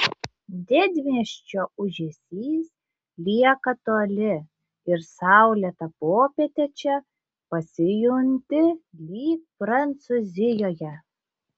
didmiesčio ūžesys lieka toli ir saulėtą popietę čia pasijunti lyg prancūzijoje